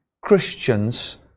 Christians